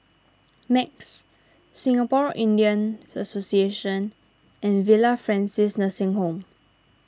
Nex Singapore Indian Association and Villa Francis Nursing Home